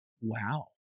wow